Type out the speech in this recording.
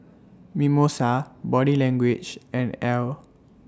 Mimosa Body Language and Elle